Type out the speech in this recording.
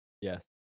Yes